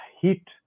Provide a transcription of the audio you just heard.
heat